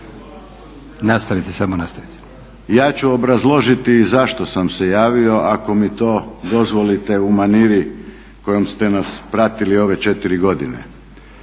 **Mlakar, Davorin (HDZ)** Ja ću obrazložiti zašto sam se javio ako mi to dozvolite u maniri kojom ste nas pratili ove 4 godine.